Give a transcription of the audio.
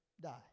die